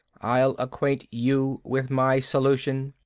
i'll acquaint you with my solution.